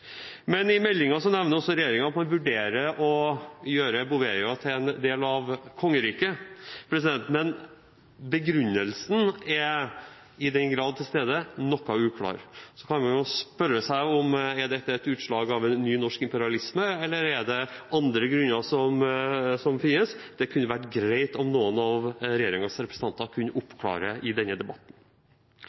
I meldingen nevner også regjeringen at man vurderer å gjøre Bouvetøya til en del av kongeriket, men begrunnelsen er – i den grad den er til stede – noe uklar. Så kan man spørre seg om dette er et utslag av en ny norsk imperialisme, eller finnes det andre grunner? Det kunne vært greit om noen av regjeringens representanter kunne oppklare det i denne debatten.